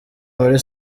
muri